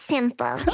simple